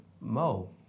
Mo